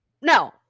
No